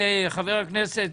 חבר הכנסת,